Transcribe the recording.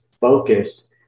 focused